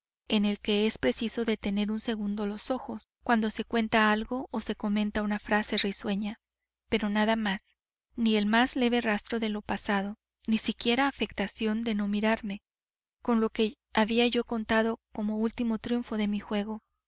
en el que es preciso detener un segundo los ojos cuando se cuenta algo o se comenta una frase risueña pero nada más ni el más leve rastro de lo pasado ni siquiera afectación de no mirarme con lo que había yo contado como último triunfo de mi juego